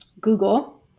Google